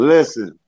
Listen